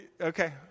Okay